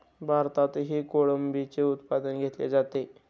भारतातही कोळंबीचे उत्पादन घेतले जाते